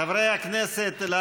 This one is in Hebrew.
חברי הכנסת,